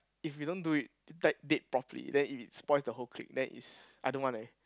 if we don't do it like date properly then it if spoil the whole clique then it's I don't want eh